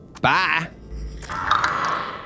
Bye